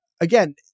again